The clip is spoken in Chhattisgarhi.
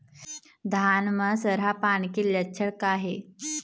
धान म सरहा पान के लक्षण का हे?